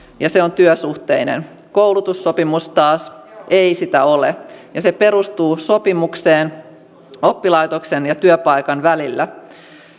ja se on työsuhteinen koulutussopimus taas ei sitä ole ja se perustuu sopimukseen oppilaitoksen ja työpaikan välillä